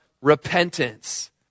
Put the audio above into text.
Repentance